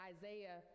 Isaiah